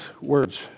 words